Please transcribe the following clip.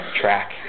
track